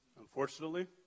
Unfortunately